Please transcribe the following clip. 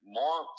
more